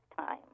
time